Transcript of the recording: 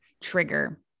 trigger